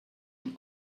und